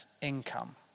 income